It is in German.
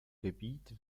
gebiet